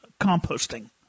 composting